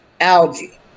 algae